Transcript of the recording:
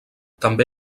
també